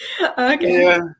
Okay